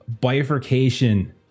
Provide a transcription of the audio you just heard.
bifurcation